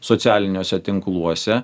socialiniuose tinkluose